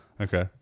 Okay